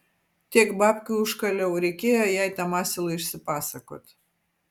tiek babkių užkaliau reikėjo jai tam asilui išsipasakot